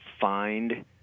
find